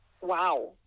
wow